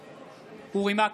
בעד אורי מקלב,